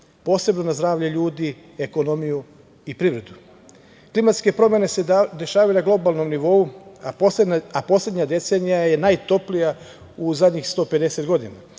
posebno na zdravlje ljudi, ekonomiju i privredu. Klimatske promene se dešavaju na globalnom nivou, a poslednja decenija je najtoplija u zadnjih 150 godina.